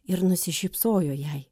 ir nusišypsojo jai